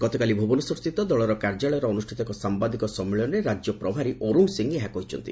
ଗତକାଲି ଭୁବନେଶ୍ୱରସ୍ଥିତ ଦଳର କାର୍ଯ୍ୟାଳୟରେ ଅନୁଷିତ ଏକ ସାମ୍ଘାଦିକ ସଶ୍ଶିଳନୀରେ ରାଜ୍ୟ ପ୍ରଭାରୀ ଅରୁଣ ସିଂ ଏହା କହିଛନ୍ତି